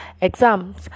exams